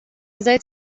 gesellt